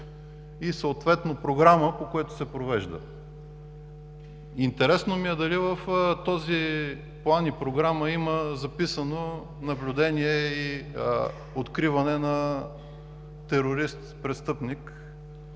и съответно програма, по която се провежда. Интересно ми е дали в този план и програма има записано: „Наблюдение и откриване на терорист-престъпник“,